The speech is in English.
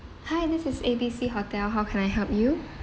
hi this is A B C hotel how can I help you